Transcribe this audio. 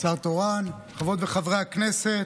שר תורן, חברות וחברי הכנסת,